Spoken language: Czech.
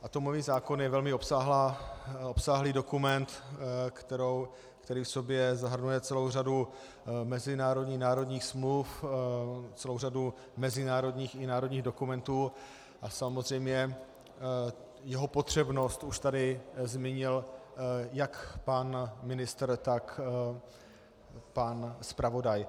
Atomový zákon je velmi obsáhlý dokument, který v sobě zahrnuje celou řadu mezinárodních a národních smluv, celou řadu mezinárodních i národních dokumentů a samozřejmě jeho potřebnost už tady zmínil jak pan ministr, tak pan zpravodaj.